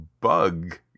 bug